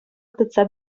тытса